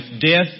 Death